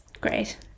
great